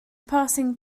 passing